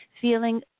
feeling